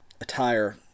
attire